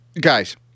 Guys